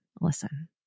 listen